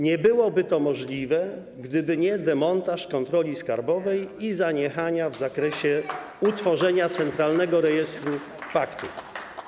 Nie byłoby to możliwe, gdyby nie demontaż kontroli skarbowej i zaniechania w zakresie utworzenia Centralnego Rejestru Faktur.